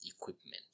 equipment